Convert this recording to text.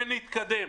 ואז נתקדם.